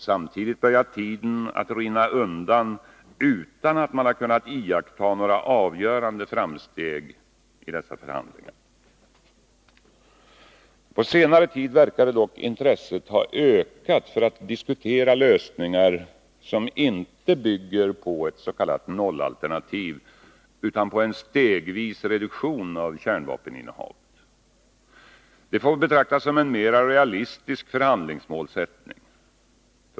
Samtidigt börjar tiden att rinna undan utan att man har kunnat iaktta några avgörande framsteg i förhandlingarna. På senare tid verkar dock intresset ha ökat för att diskutera lösningar som inte bygger på ett s.k. nollalternativ utan på en stegvis reduktion av kärnvapeninnehavet. Det får betraktas som en mera realistisk förhandlingsmålsättning.